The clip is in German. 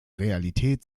realität